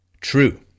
true